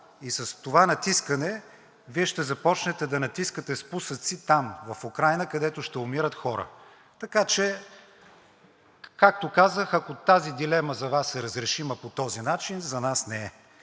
и с това натискане Вие ще започнете да натискате спусъци там – в Украйна, където ще умират хора. Така че, както казах, ако тази дилема за Вас е разрешима по този начин, за нас не е.